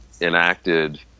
enacted